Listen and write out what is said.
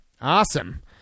awesome